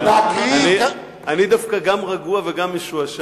חבר הכנסת שטרית, אני דווקא גם רגוע וגם משועשע.